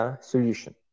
solution